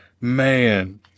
Man